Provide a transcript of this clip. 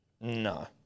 No